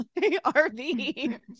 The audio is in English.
RV